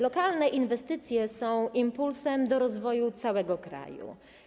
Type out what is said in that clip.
Lokalne inwestycje są impulsem do rozwoju całego kraju.